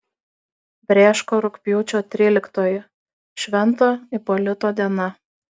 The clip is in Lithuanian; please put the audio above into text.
brėško rugpjūčio tryliktoji švento ipolito diena